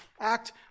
act